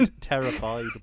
terrified